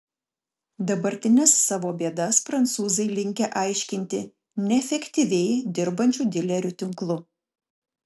dabartines savo bėdas prancūzai linkę aiškinti neefektyviai dirbančiu dilerių tinklu